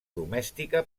domèstica